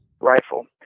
rifle